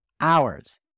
hours